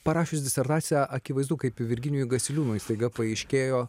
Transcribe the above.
parašius disertaciją akivaizdu kaip virginijui gasiliūnui staiga paaiškėjo